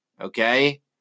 Okay